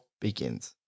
begins